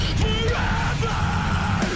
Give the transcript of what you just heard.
forever